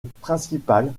principale